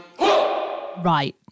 Right